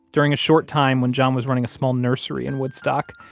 during a short time when john was running a small nursery in woodstock,